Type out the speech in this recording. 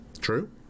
True